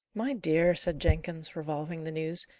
my dear, said jenkins, revolving the news,